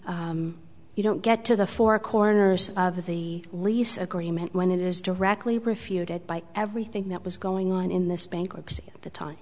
you don't get to the four corners of the lease agreement when it is directly refuted by everything that was going on in this bankruptcy at the time